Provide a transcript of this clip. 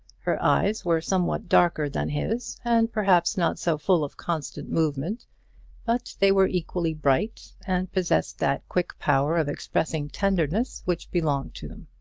her eyes were somewhat darker than his, and perhaps not so full of constant movement but they were equally bright, and possessed that quick power of expressing tenderness which belonged to them.